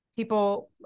people